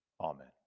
Amen